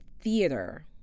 theater